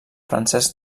francesc